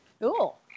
Cool